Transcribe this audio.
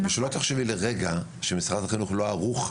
שלא תחשבי לרגע שמשרד החינוך לא ערוך,